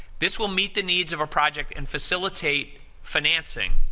this will meet the needs of a project and facilitate financing.